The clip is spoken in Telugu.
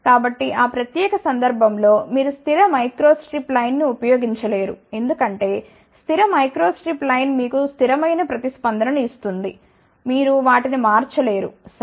కాబట్టి ఆ ప్రత్యేక సందర్భం లో మీరు స్థిర మైక్రోస్ట్రిప్ లైన్ను ఉపయోగించలేరు ఎందుకంటే స్థిర మైక్రోస్ట్రిప్ లైన్ మీకు స్థిరమైన ప్రతిస్పందన ను ఇస్తుంది మీరు వాటిని మార్చలేరు సరే